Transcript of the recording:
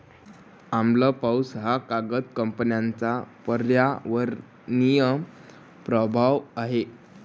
आम्ल पाऊस हा कागद कंपन्यांचा पर्यावरणीय प्रभाव आहे